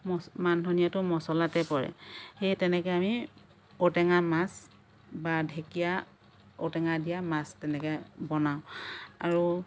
মানধনীয়াটো মছলাতে পৰে সেই তেনেকৈ আমি ঔটেঙা মাছ বা ঢেকীয়া ঔটেঙা দিয়া মাছ তেনেকৈ বনাওঁ আৰু